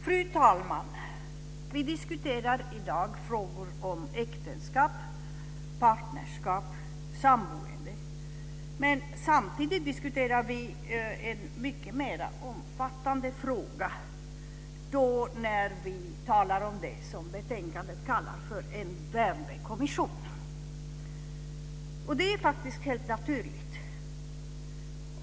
Fru talman! Vi diskuterar i dag frågor om äktenskap, partnerskap, samboende, men samtidigt diskuterar vi en mycket mera omfattande fråga när vi talar om det som i betänkandet kallas för en värdekommission. Det är faktiskt helt naturligt.